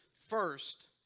first